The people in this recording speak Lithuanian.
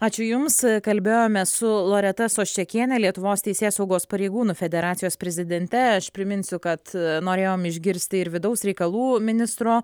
ačiū jums kalbėjome su loreta soščekienė lietuvos teisėsaugos pareigūnų federacijos prezidente aš priminsiu kad norėjom išgirsti ir vidaus reikalų ministro